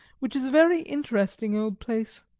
which is a very interesting old place.